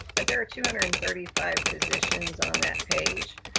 but there are two hundred and thirty five positions on that page.